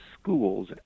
schools